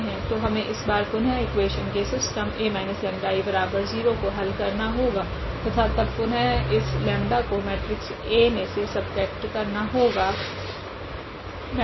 तो हमे इस बार पुनः इक्वेशन के सिस्टम A 𝜆I0 को हल करना होगा तथा तब पुनः इस 𝜆 को मेट्रिक्स A मे से सबट्रेक्टड करना होगा